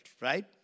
right